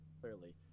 clearly